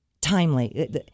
timely